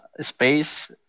space